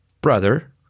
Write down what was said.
brother